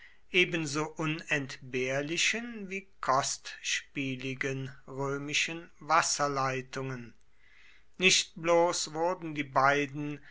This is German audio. ebenso unentbehrlichen wie kostspieligen römischen wasserleitungen nicht bloß wurden die beiden